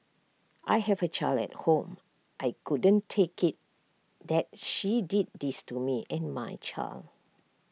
I have A child at home I couldn't take IT that she did this to me and my child